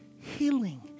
healing